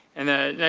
and a yeah